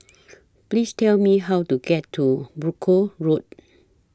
Please Tell Me How to get to Brooke Road